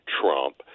Trump